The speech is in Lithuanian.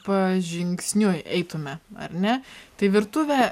pažingsniui eitume ar ne tai virtuvė